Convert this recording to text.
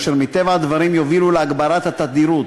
אשר מטבע הדברים יובילו להגברת התדירות